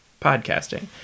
podcasting